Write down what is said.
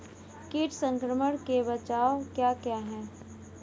कीट संक्रमण के बचाव क्या क्या हैं?